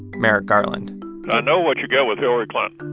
merrick garland i know what you get with hillary clinton.